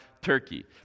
turkey